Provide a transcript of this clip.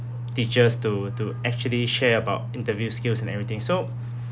teachers to to actually share about interview skills and everything so